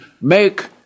make